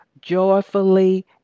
joyfully